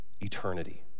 eternity